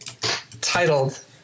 titled